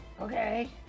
Okay